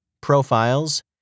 Profiles